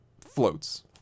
floats